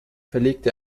verlegt